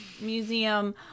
museum